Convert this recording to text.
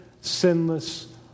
sinless